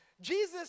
Jesus